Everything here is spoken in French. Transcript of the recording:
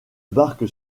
barque